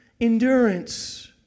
Endurance